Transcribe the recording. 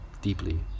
deeply